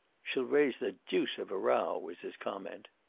she'll raise the deuce of a row, was his comment.